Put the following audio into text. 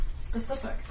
specific